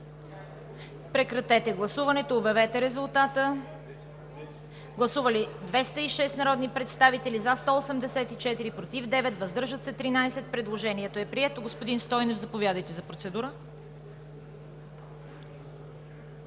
прочетените заместник-министри. Гласували 206 народни представители: за 184, против 9, въздържали се 13. Предложението е прието. Господин Стойнев, заповядайте за процедура.